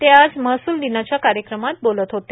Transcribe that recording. ते आज महसूल दिनाच्या कार्यक्रमात बोलत होते